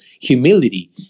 Humility